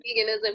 veganism